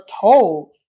told